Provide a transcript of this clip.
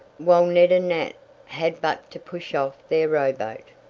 while ned and nat had but to push off their rowboat.